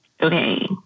okay